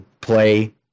play